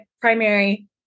primary